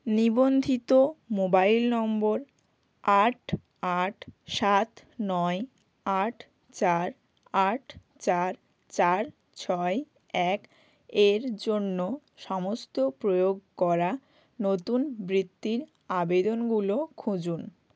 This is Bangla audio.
নিবন্ধিত মোবাইল নম্বর আট আট সাত নয় আট চার আট চার চার ছয় এক এর জন্য সমস্ত প্রয়োগ করা নতুন বৃত্তির আবেদনগুলো খুঁজুন